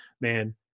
man